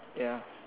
ya